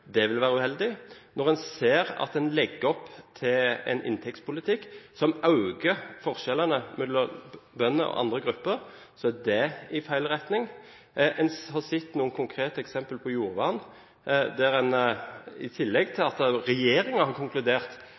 Det vil være uheldig. Når en ser at de legger opp til en inntektspolitikk som øker forskjellene mellom bønder og andre grupper, så er det i feil retning. En har sett noen konkrete eksempler på jordvern. I tillegg til at regjeringen har konkludert